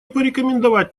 порекомендовать